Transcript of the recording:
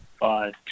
Bye